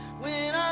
when